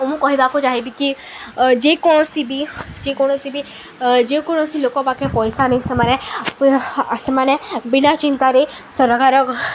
ମୁଁ କହିବାକୁ ଚାହିଁବି କି ଯେକୌଣସି ବି ଯେକୌଣସି ବି ଯେକୌଣସି ଲୋକ ପାଖେ ପଇସା ନେଇ ସେମାନେ ସେମାନେ ବିନା ଚିନ୍ତାରେ ସରକାର